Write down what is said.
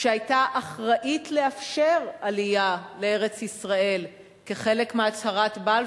שהיתה אחראית לאפשר עלייה לארץ-ישראל כחלק מהצהרת בלפור,